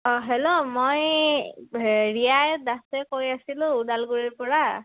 অঁ হেল্ল' মই ৰিয়াই দাসে কৈ আছিলোঁ ওদালগুৰিৰ পৰা